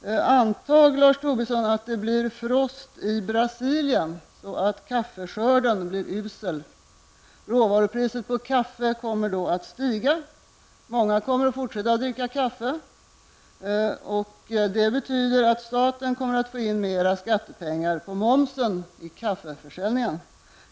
Antag, Lars Tobisson, att det blir frost i Brasilien, så att kaffeskörden blir usel. Råvarupriset på kaffe kommer då att stiga. Många kommer att fortsätta att dricka kaffe. Det betyder att staten kommer att få in mera skattepengar på momsen vid kaffeförsäljningen.